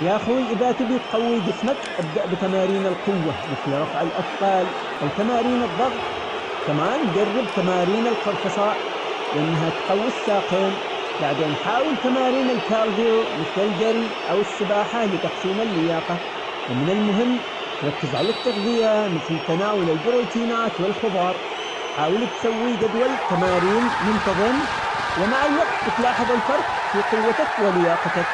يا خوي إذا تبي تقوي جسمك ابدأ بتمارين القوة مثل رفع الأثقال أو تمارين الضغط، كمان جرب تمارين القرفصاء لإنها تقوي الساقين، بعدين حاول تمارين الكارديو مثل الجري أو السباحة لتحسين اللياقة، ومن المهم تركز على التغذية مثل تناول البروتينات والخضار، حاول تسوي جدول تمارين منتظم، ومع الوقت بتلاحظ الفرق في قوتك ولياقتك.